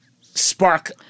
spark-